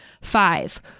Five